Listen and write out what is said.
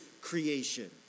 creation